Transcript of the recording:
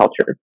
culture